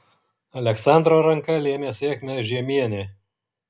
aleksandro ranka lėmė sėkmę žiemienei